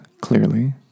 clearly